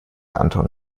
anton